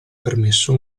permesso